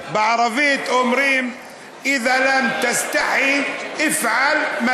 בערבית אומרים (אומר דברים בערבית ומתרגמם:)